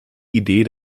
idee